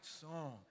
song